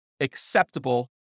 acceptable